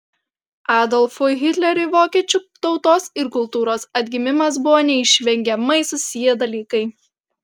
adolfui hitleriui vokiečių tautos ir kultūros atgimimas buvo neišvengiamai susiję dalykai